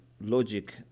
logic